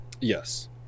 yes